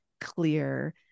clear